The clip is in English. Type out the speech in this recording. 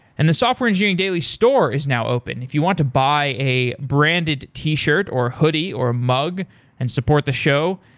and the software engineering daily store is now open. if you want to buy a branded t-shirt, or hoodie, or mug and support the show,